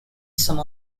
some